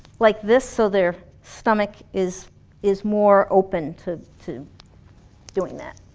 like this so their stomach is is more open to to doing that